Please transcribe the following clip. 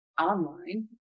online